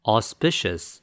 Auspicious